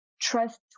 Trust